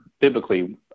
biblically